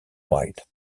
wild